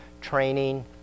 training